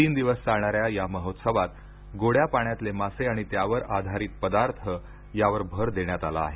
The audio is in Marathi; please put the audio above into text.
तीन दिवस चालणाऱ्या या महोत्सवात गोड्या पाण्यातले मासे आणि त्यावर आधारित पदार्थ यावर भर देण्यात आला आहे